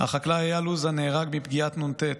החקלאי אייל אוזן נהרג מפגיעת נ"ט,